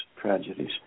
tragedies